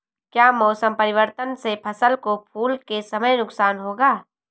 क्या मौसम परिवर्तन से फसल को फूल के समय नुकसान होगा?